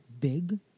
big